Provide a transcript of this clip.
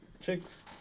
chicks